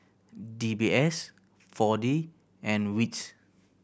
D B S Four D and wits